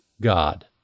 God